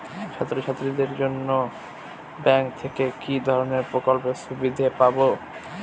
ছাত্রছাত্রীদের জন্য ব্যাঙ্ক থেকে কি ধরণের প্রকল্পের সুবিধে পাবো?